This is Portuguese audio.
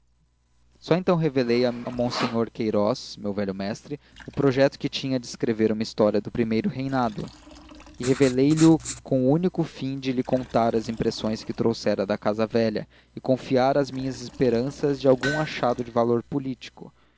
só então revelei a monsenhor queirós meu velho mestre o projeto que tinha de escrever uma história do primeiro reinado e revelei lho com o único fim de lhe contar as impressões que trouxera da casa velha e confiar as minhas esperanças de algum achado de valor político